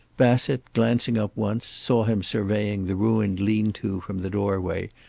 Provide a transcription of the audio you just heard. bassett, glancing up once, saw him surveying the ruined lean-to from the doorway,